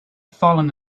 fallen